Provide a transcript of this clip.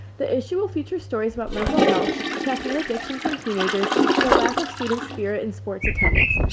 the issue will feature stories about mental health, caffeine addictions in teenagers and the lack of student spirit in sports attendance.